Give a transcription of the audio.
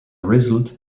result